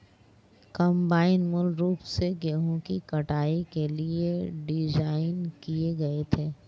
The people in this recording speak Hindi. कंबाइन मूल रूप से गेहूं की कटाई के लिए डिज़ाइन किए गए थे